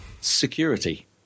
security